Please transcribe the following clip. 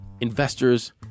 investors